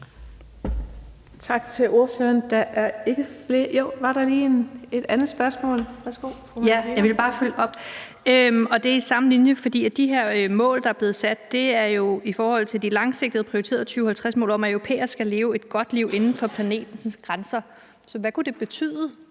til. Fru Marianne Bigum, værsgo. Kl. 18:47 Marianne Bigum (SF): Ja. Jeg vil bare følge op, og det er i samme boldgade. For de her mål, der er blevet sat, er jo i forhold til de langsigtede og prioriterede 2050-mål om, at europæerne skal leve et godt liv inden for planetens grænser. Så hvad kunne det betyde